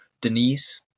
Denise